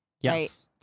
Yes